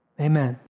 Amen